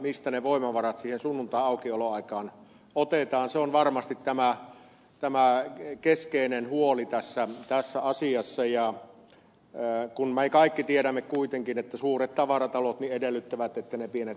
mistä ne voimavarat siihen sunnuntaiaukioloaikaan otetaan se on varmasti tämä keskeinen huoli tässä asiassa kun me kaikki tiedämme kuitenkin että suuret tavaratalot edellyttävät että ne pienet liikkeetkin ovat auki